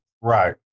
Right